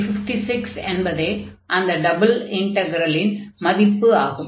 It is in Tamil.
356 என்பதே அந்த டபுள் இன்டக்ரலின் மதிப்பு ஆகும்